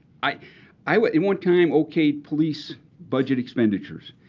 i i was at one time ok police budget expenditures,